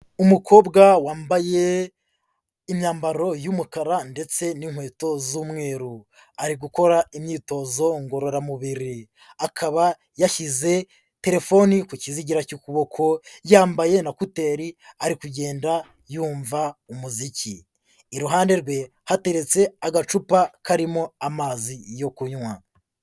Umukobwa wambaye imyambaro y'umukara ndetse n'inkweto z'umweru ari gukora imyitozo ngororamubiri, akaba yashyize telefoni ku kizigira cy'ukuboko yambaye na kuteri ari kugenda yumva umuziki iruhande rwe hateretse agacupa karimo amazi yo kunywa.